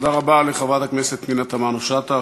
תודה רבה לחברת הכנסת פנינה תמנו-שטה.